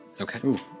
Okay